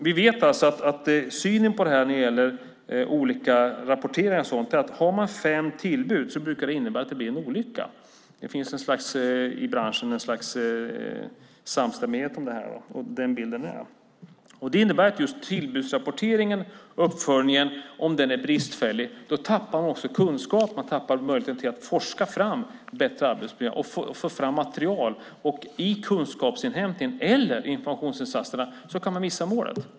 Vi vet hur synen är när det gäller olika rapporteringar: Om man har fem tillbud brukar det innebära att det blir en olycka. Det finns i branschen ett slags samstämmighet om detta, och det är denna bild. Det innebär att om just tillbudsrapporteringen och uppföljningen är bristfällig tappar man också kunskap. Man tappar möjligheten att forska fram bättre arbetsmiljö och få fram material. I kunskapsinhämtningen eller informationsinsatserna kan man då missa målet.